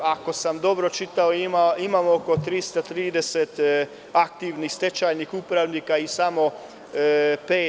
Ako sam dobro čitao, imamo oko 330 aktivnih stečajnih upravnika i samo pet supervizora.